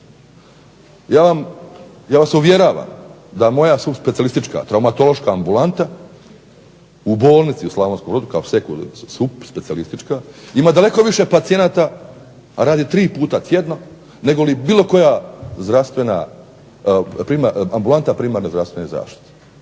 Ja vas uvjeravam da moja specijalistička, traumatološka ambulanta u bolnici u Slavonskom Brodu kao subspecijalistička ima daleko više pacijenata a radi tri puta tjedno nego li bilo koja zdravstvena, ambulanta primarne zdravstvene zaštite.